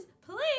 please